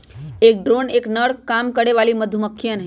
एक ड्रोन एक नर काम करे वाली मधुमक्खी हई